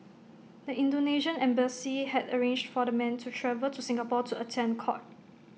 the Indonesian embassy had arranged for the men to travel to Singapore to attend court